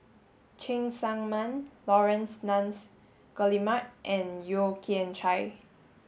Cheng Tsang Man Laurence Nunns Guillemard and Yeo Kian Chai